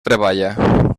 treballa